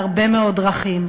בהרבה מאוד דרכים.